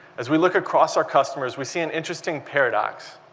as we look across our customers we see an interesting paradox.